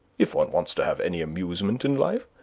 if one wants to have any amusement in life.